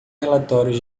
relatórios